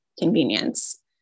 convenience